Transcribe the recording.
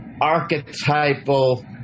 archetypal